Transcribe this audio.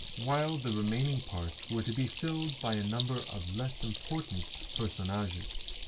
while the remaining parts were to be filled by a number of less important personages.